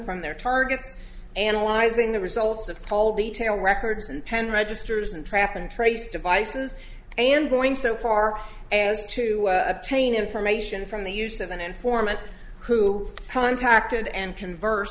from their targets analyzing the results of cold detail records and pen registers and trap and trace devices and going so far as to obtain information from the use of an informant who contacted and converse